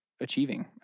achieving